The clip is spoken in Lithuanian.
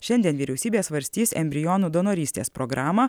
šiandien vyriausybė svarstys embrionų donorystės programą